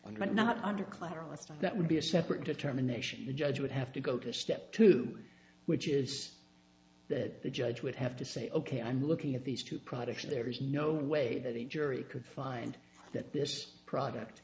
and that would be a separate determination the judge would have to go to step two which is that the judge would have to say ok i'm looking at these two products and there is no way that a jury could find that this product